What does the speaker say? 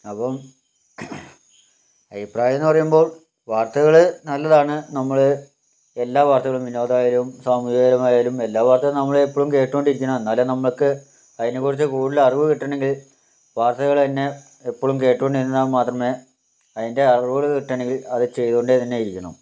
അപ്പം ഈ പ്രാവശ്യം എന്നു പറയുമ്പോൾ വാർത്തകൾ നല്ലതാണ് നമ്മള് എല്ലാ വാർത്തകളും വിനോദായാലും സാമൂഹികപരമായാലും എല്ലാ വാർത്തകളും നമ്മൾ എപ്പോഴും കേട്ടോണ്ടിരിക്കണം എന്നാലാണ് നമുക്ക് അതിനെ കുറിച്ച് കൂടുതൽ അറിവ് കിട്ടണെങ്കിൽ വാർത്തകൾ തന്നേ എപ്പോഴും കേട്ടോണ്ടിരുന്ന മാത്രമേ അതിൻ്റെ അറിവുകൾ കിട്ടണമെങ്കിൽ അത് ചെയ്തോണ്ടന്നെ ഇരിക്കണം